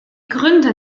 gründer